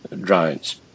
drones